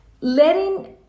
Letting